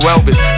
Elvis